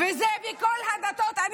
ואני מאמינה שזה בכל הדתות.